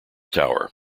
tower